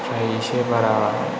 इसे बारा